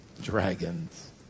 dragons